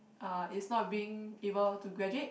uh is not being able to graduate